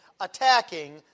attacking